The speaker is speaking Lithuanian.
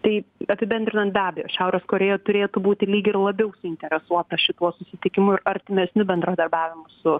tai apibendrinant be abejo šiaurės korėja turėtų būti lyg ir labiau suinteresuota šituo susitikimu ir artimesniu bendradarbiavimu su